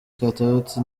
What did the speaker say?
katauti